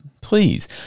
please